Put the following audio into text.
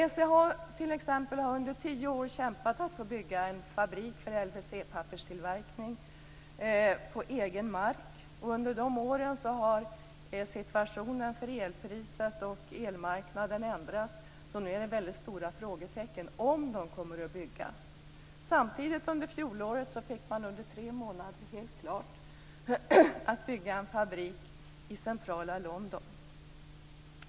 SCA har t.ex. under tio år kämpat för att få bygga en fabrik för LWC-papperstillverkning på egen mark. Under dessa år har situationen för elpriset och elmarknaden ändrats. Samtidigt fick SCA under fjolåret på tre månader klartecken för att bygga en fabrik i centrala London.